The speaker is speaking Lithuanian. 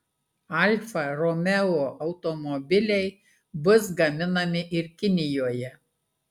alfa romeo automobiliai bus gaminami ir kinijoje